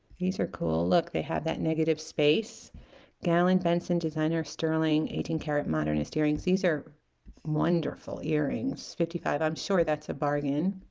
these are cool look they have that negative space gallen benson designer sterling eighteen karat modernist earrings these are wonderful earrings fifty five dollars i'm sure that's a bargain